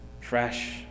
fresh